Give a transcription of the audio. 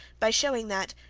by shewing that,